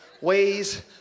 Ways